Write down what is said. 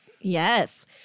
Yes